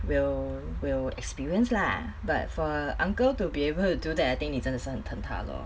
will will experience lah but for uncle to be able to do that I think 你真的是很疼他 lor